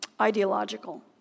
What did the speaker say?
ideological